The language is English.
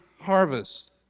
harvest